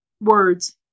words